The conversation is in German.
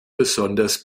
besonders